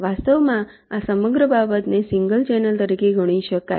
વાસ્તવમાં આ સમગ્ર બાબતને સિંગલ ચેનલ તરીકે ગણી શકાય